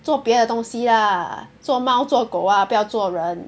做别的东西啦做猫做狗啊不要做人